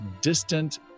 distant